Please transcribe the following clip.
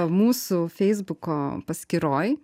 mūsų feisbuko paskyroj